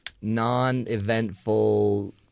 non-eventful